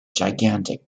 gigantic